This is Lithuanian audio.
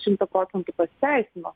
šimtą procentų pasiteisino